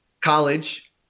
college